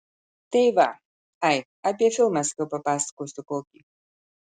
tai va ai apie filmą sakiau papasakosiu kokį